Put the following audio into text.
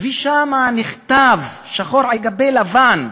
ושם נכתב שחור על-גבי לבן,